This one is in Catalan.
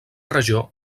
regió